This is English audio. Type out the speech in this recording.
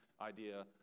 idea